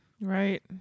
Right